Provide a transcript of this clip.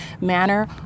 manner